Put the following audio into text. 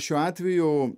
šiuo atveju